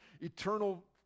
eternal